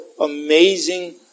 amazing